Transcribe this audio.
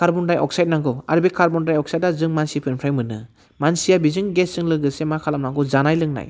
carbon dioxide नांगौ आरो बे कार्बन डाइ अक्साइड आ जों मानसिफोरनिफ्राय मोनो मानसिया बेजों गेसजों लोगोसे मा खालामनांगौ जानाय लोंनाय